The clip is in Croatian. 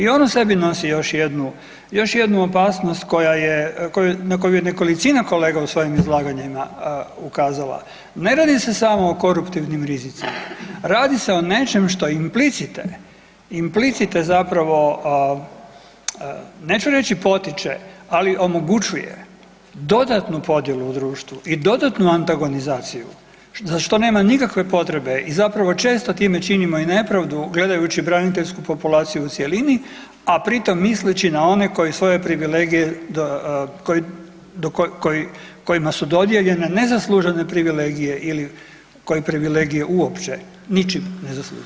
I on u sebi nosi još jednu opasnost na koju je nekolicina kolega u svojim izlaganjima ukazala, ne radi se samo o koruptivnim rizicima, radi se o nečem što je implicite, implicite zapravo neću reći potiče, ali omogućuje dodatnu podjelu u društvu i dodatnu antagonizaciju za što nema nikakve potrebe i zapravo često time činimo i nepravdu gledajući braniteljsku populaciju u cjelini, a pri tom misleći na one koje svoje privilegije kojima su dodijeljene, nezaslužene privilegije ili koji privilegije uopće ničim ne zaslužuju.